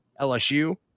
LSU